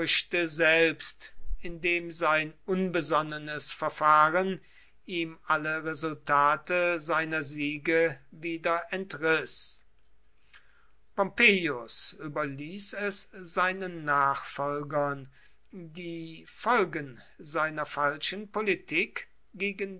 selbst indem sein unbesonnenes verfahren ihm alle resultate seiner siege wieder entriß pompeius überließ es seinen nachfolgern die folgen seiner falschen politik gegen